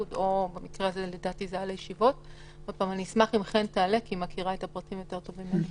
אני אשמח אם חן תדבר כי היא מכירה את הפרטים יותר טוב ממני.